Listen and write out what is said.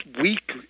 weak